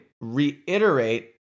reiterate